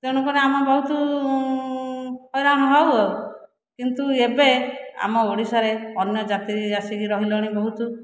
ତେଣୁକରି ଆମେ ବହୁତ ହଇରାଣ ହେଉ ଆଉ କିନ୍ତୁ ଏବେ ଆମ ଓଡ଼ିଶାରେ ଅନ୍ୟ ଜାତି ଆସିକି ରହିଲେଣି ବହୁତ